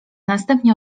następnie